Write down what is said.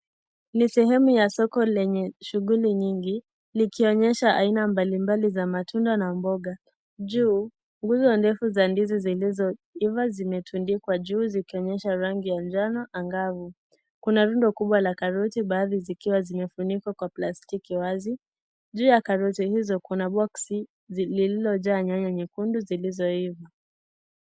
Ni sehemu ya soko lenye shughuli nyingi likionyesha aina mbali mbali A matunda na mboga. Juu, mkunga ndefu ya ndizi zilizoiva zimetundikwa juu zikionyesha rangi ya njano angavu. Kuna rundo kubwa la karoti baadhi zikiwa zimefunikwa kwa plastiki wazi. Juu ya karoti hizo kuna boksi lililojaa nyanya nyekundu zilizoiva.